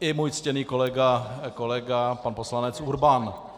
i můj ctěný kolega pan poslanec Urban.